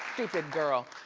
stupid girl.